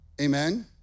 amen